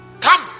Come